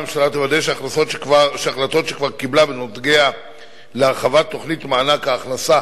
הממשלה תוודא שהחלטות שהיא כבר קיבלה בנוגע להרחבת תוכנית מענק ההכנסה,